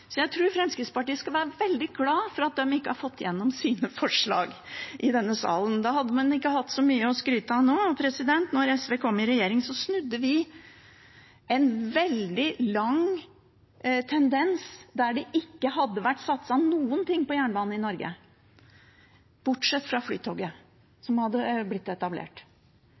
så mye å skryte av nå. Da SV kom i regjering, snudde vi en veldig langvarig tendens der det ikke hadde vært satset noen ting på jernbanen i Norge, bortsett fra på Flytoget, som hadde blitt etablert.